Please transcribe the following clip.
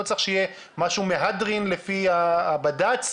לא צריך שיהיה משהו מהדרין לפי הבד"צ,